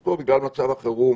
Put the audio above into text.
ופה, בגלל מצב החירום,